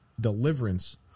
Deliverance